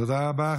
תודה רבה.